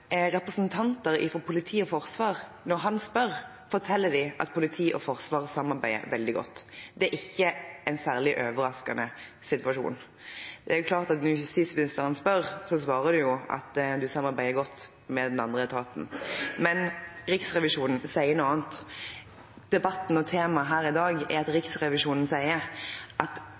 representanter fra politi og forsvar, når han spør, forteller at politiet og Forsvaret samarbeider veldig godt. Det er ikke en særlig overraskende situasjon. Det er klart at når justisministeren spør, svarer de at de samarbeider godt med den andre etaten. Men Riksrevisjonen sier noe annet. Debatten og temaet her i dag er at Riksrevisjonen sier at